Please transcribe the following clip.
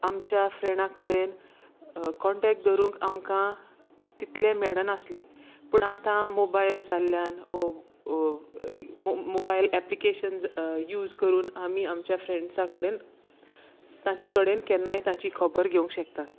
आमच्या फ्रेणा कडेन कॉन्टेक्ट दवरूंक आमकां तितले मेडनासलें पूण आतां मोबायल जाल्ल्यान वो मोबायल एप्ली एप्लीकेशन यूज करून आमी आमच्या फ्रेंड्सा कडेन तांचे कडेन केन्नाय तांची खबोर घेवं शकतात